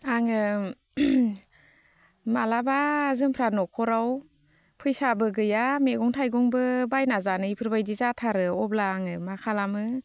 आङो माब्लाबा जोंफ्रा न'खराव फैसाबो गैया मैगं थाइगंबो बायनो जानाय इफोरबायदि जाथारो अब्ला आङो मा खालामो